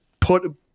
put